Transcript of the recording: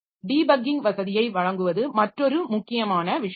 debugging வசதியை வழங்குவது மற்றொரு முக்கியமான விஷயம்